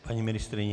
Paní ministryně?